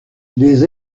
des